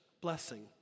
blessing